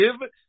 give